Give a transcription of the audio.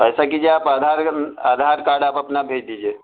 ایسا کیجیے آپ آدھار آدھار کارڈ آپ اپنا بھیج دیجیے